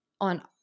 on